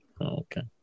okay